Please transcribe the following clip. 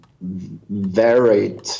varied